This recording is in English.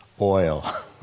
oil